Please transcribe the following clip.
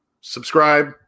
subscribe